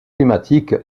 climatique